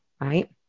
Right